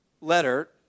letter